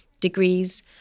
degrees